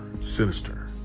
sinister